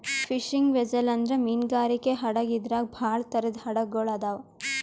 fishing vessel ಅಂದ್ರ ಮೀನ್ಗಾರಿಕೆ ಹಡಗ್ ಇದ್ರಾಗ್ ಭಾಳ್ ಥರದ್ ಹಡಗ್ ಗೊಳ್ ಅದಾವ್